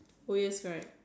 oh yes correct